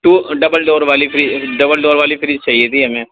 to double door والی فری double door والی فریج چاہیے تھی ہمیں